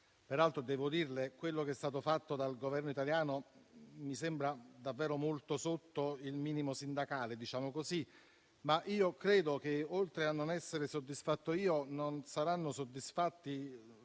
Peraltro devo dirle che quello che è stato fatto dal Governo italiano mi sembra davvero molto al di sotto del minimo sindacale. Credo che, oltre a non essere soddisfatto io, non saranno soddisfatti